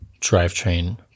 drivetrain